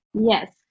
Yes